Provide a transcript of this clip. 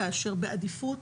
כאשר בעדיפות,